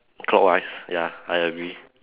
clockwise ya I agree